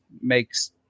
makes